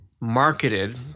marketed